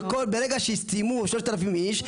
ברגע שסיימו 3,000 איש,